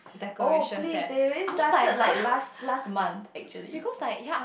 oh please they already started like last last month actually